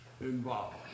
involved